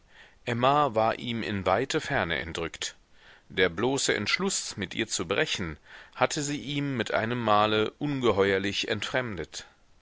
emma war ihm in weite ferne entrückt der bloße entschluß mit ihr zu brechen hatte sie ihm mit einem male ungeheuerlich entfremdet